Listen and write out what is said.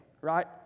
right